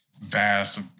vast